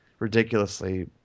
ridiculously